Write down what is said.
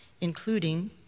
including